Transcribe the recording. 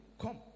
Come